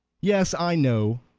yes, i know.